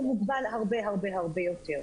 הוא מוגבל הרבה הרבה יותר.